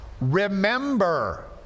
remember